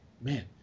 man